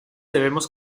debemos